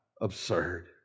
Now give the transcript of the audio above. absurd